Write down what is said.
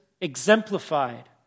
exemplified